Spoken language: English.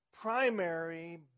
primary